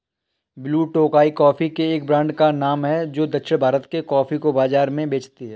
blue Tokai coffee के एक brand का नाम है जो दक्षिण भारत के कॉफी को बाजार में बेचती है